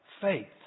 faith